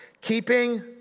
Keeping